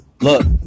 Look